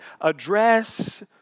address